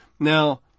Now